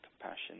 compassion